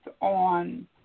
on